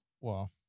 Wow